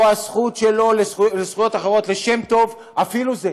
או זכויות אחרות, לשם טוב, אפילו זה.